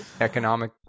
economic